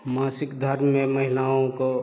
मासिक धर्म में महिलाओं को